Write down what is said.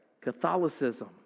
catholicism